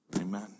Amen